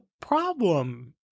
problem